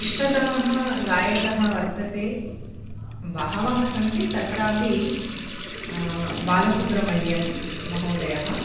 इष्टतमः गायकः वर्तते बहवः सन्ति तत्रापि बालसुब्रह्मण्यं महोदयः